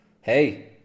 hey